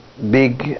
big